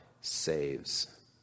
saves